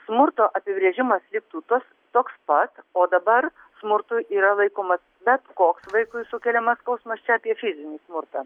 smurto apibrėžimas liktų tos toks pat o dabar smurtu yra laikomas bet koks vaikui sukeliamas skausmas čia apie fizinį smurtą